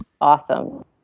Awesome